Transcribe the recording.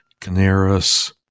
Canaris